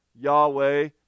Yahweh